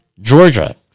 Georgia